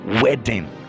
wedding